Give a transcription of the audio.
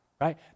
right